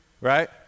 right